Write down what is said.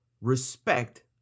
respect